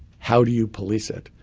how do you police it?